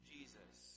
Jesus